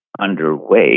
underway